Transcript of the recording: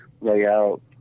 layout